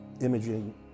imaging